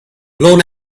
blown